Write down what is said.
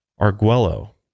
Arguello